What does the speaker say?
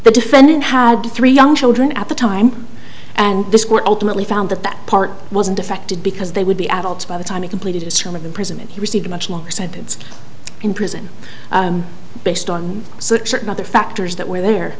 the defendant had three young children at the time and this court ultimately found that that part wasn't affected because they would be adults by the time he completed his term of imprisonment he received a much longer sentence in prison based on certain other factors that were there